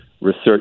research